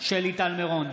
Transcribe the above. שלי טל מירון,